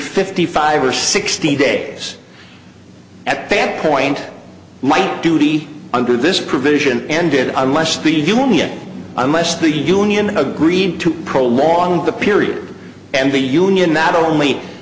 fifty five or sixty days at that point my duty under this provision ended unless the union unless the union agreed to prolong the period and the union that only